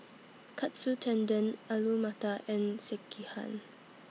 Katsu Tendon Alu Matar and Sekihan